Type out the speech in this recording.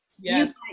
Yes